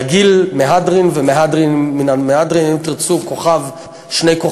רגיל, מהדרין ומהדרין מן המהדרין, אם תרצו, כוכב,